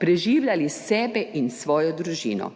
preživljali sebe in svojo družino.